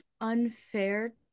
unfair